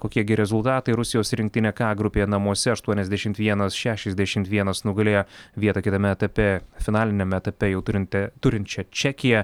kokie gi rezultatai rusijos rinktinė ka grupėje namuose aštuoniasdešimt vienas šešiasdešimt vienas nugalėjo vietą kitame etape finaliniame etape jau turint turinčią čekiją